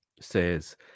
Says